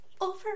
Over